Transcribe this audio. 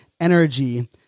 energy